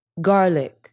garlic